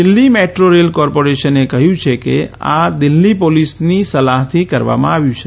Delhi metro rail કોર્પોરેશને કહ્યું છે કે આ દિલ્હી પોલીસની સલાહથી કરવામાં આવ્યું છે